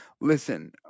listen